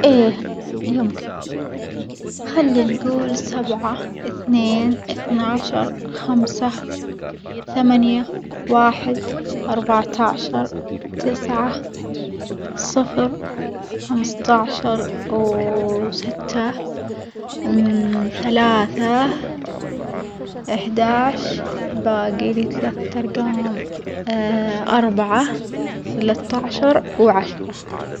إيه يمكن، خلي نجول سبعة إثنين إثناشر خمسة ثمانية واحد أربعة عشر تسعة صفر خمسة عشر و ستة ثلاثة إحدى عشر باجيلي ثلاث ترجام، أربعة ثلاثة عشر وعشرة.